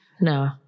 No